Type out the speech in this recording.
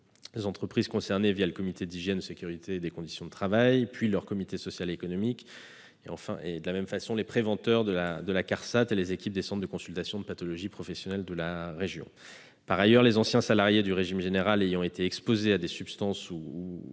les entreprises concernées, le comité d'hygiène, de sécurité et des conditions de travail, puis leur comité social et économique, ainsi que les préventeurs de la Carsat et les équipes des centres de consultations de pathologies professionnelles de la région. Par ailleurs, les anciens salariés du régime général ayant été exposés à des substances ou